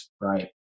right